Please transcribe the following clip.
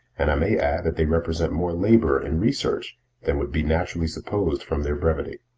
and i may add that they represent more labor and research than would be naturally supposed from their brevity.